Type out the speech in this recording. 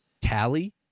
Tally